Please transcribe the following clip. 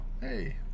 hey